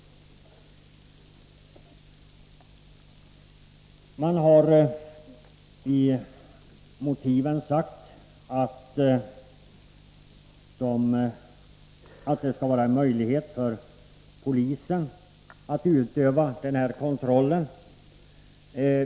Man har i motiven sagt att det skall finnas möjlighet för polisen att utöva den här kontrollen.